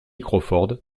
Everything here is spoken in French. crawford